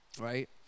right